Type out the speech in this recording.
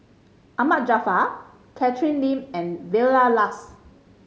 Ahmad Jaafar Catherine Lim and Vilma Laus